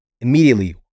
immediately